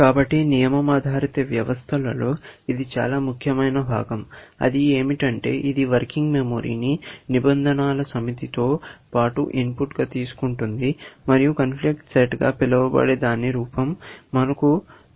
కాబట్టి నియమం ఆధారిత వ్యవస్థలో ఇది చాలా ముఖ్యమైన భాగం అది ఏమిటంటే ఇది వర్కింగ్ మెమరీని నిబంధనల సమితితో పాటు ఇన్పుట్గా తీసుకుంటుంది మరియు కాన్ఫ్లిక్ట్ సెట్ గ పిలవబడే దాని రూపం మనకు వస్తుంది